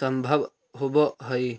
संभव होवऽ हई